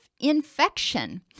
Infection